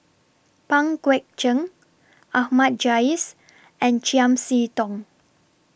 Pang Guek Cheng Ahmad Jais and Chiam See Tong